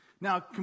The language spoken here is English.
Now